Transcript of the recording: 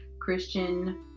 Christian